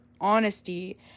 honesty